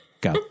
Go